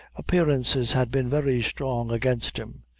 appearances had been very strong against him.